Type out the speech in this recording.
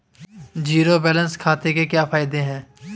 Zero balance खाते के क्या फायदे हैं?